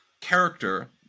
character